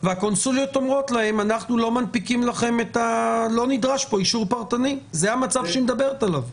והקונסוליות לא מנפיקות להם את האישור כי הוא לא נדרש.